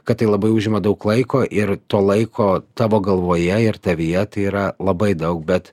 kad tai labai užima daug laiko ir to laiko tavo galvoje ir tavyje tai yra labai daug bet